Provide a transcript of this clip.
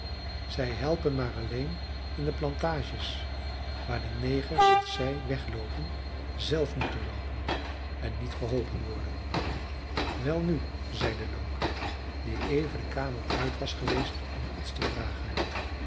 zij helpen maar alleen in de plantages waar de negers als zij wegloopen zelf moeten loopen en niet geholpen worden welnu zeide loker die even de kamer uit was geweest om iets te vragen